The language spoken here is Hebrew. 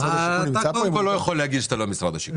אתה לא יכול להגיד שאתה לא ממשרד השיכון.